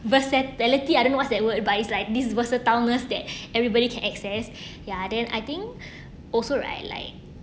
versatility I don't know what's that word but it's like this versatileness that everybody can access ya then I think also right like